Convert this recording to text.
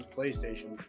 PlayStation